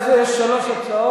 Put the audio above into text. רבותי, יש שלוש הצעות.